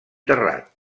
terrat